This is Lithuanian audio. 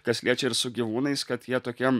kas liečia ir su gyvūnais kad jie tokie